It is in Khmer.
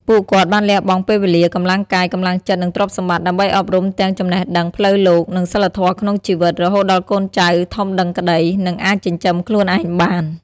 ពួកគាត់បានលះបង់ពេលវេលា កម្លាំងកាយ កម្លាំងចិត្ត និងទ្រព្យសម្បត្តិ ដើម្បីអប់រំទាំងចំណេះដឹងផ្លូវលោក និងសីលធម៌ក្នុងជីវិត រហូតដល់កូនចៅធំដឹងក្តី និងអាចចិញ្ចឹមខ្លួនឯងបាន។